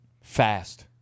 fast